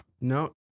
No